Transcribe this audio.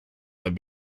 have